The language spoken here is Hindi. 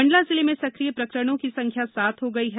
मंडला जिले में सक्रिय प्रकरणों की संख्या सात हो गई है